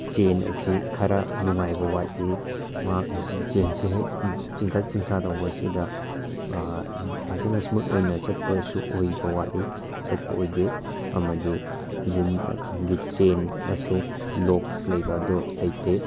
ꯆꯦꯟ ꯑꯁꯤ ꯈꯔ ꯅꯨꯡꯉꯥꯏꯕ ꯋꯥꯠꯂꯤ ꯆꯦꯟꯁꯦ ꯍꯦꯛ ꯆꯤꯡꯈꯠ ꯆꯤꯡꯊ ꯇꯧꯕ ꯑꯁꯤꯗ ꯐꯖꯅ ꯁ꯭ꯃꯨꯠ ꯑꯣꯏꯅ ꯆꯠꯄꯁꯨ ꯑꯣꯏꯕ ꯋꯥꯠꯂꯤ ꯆꯠꯄ ꯑꯣꯏꯗꯦ ꯑꯃꯗꯤ ꯖꯤꯟꯒꯤ ꯆꯦꯟ ꯑꯁꯦ ꯂꯣꯛ ꯂꯩꯕ ꯑꯗꯣ ꯂꯩꯇꯦ